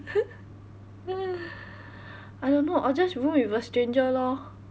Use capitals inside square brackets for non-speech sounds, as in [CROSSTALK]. [LAUGHS] I don't know or just room with a stranger lor